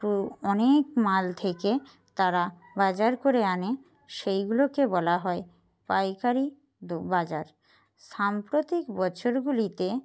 অনেক মাল থেকে তারা বাজার করে আনে সেইগুলোকে বলা হয় পাইকারি বাজার সাম্প্রতিক বছরগুলিতে